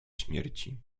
śmierci